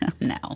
No